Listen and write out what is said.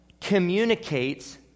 communicates